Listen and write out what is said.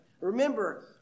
Remember